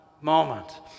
moment